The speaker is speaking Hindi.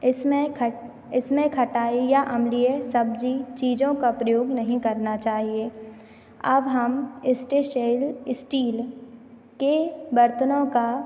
इसमें खट इसमें खटाई या अम्लीय सब्ज़ी चीज़ों का प्रयोग नहीं करना चाहिए अब हम स्टेशील्ड स्टील के बर्तनों का